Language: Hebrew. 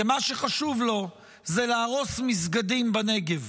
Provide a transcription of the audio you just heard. כי מה שחשוב לו הוא להרוס מסגדים בנגב.